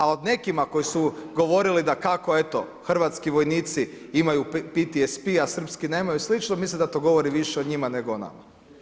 A o nekima koji su govorili da kako eto, hrvatski vojnici imaju PTSP a srpski nemaju i slično, mislim da to govori više o njima, nego o nama.